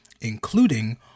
including